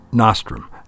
Nostrum